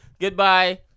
Goodbye